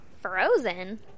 Frozen